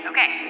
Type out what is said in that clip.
Okay